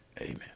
Amen